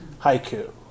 haiku